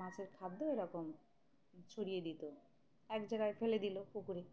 মাছের খাদ্য এরকম ছড়িয়ে দিত এক জায়গায় ফেলে দিলো পুকুরে